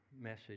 message